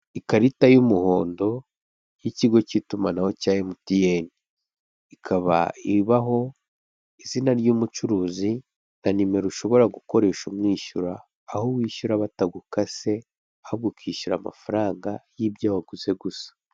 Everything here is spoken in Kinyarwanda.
Ikarita y'umuhondo y'Ikigo cy'Itumanaho cya MTN; ikaba ibaho izina ry'umucuruzi na nimero ushobora gukoresha umwishyura; aho wishyura batagukase ahubwo ukishyura amafaranga y'ibyo waguze gusa.